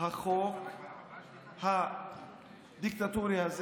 החוק הדיקטטורי הזה